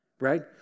right